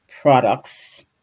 products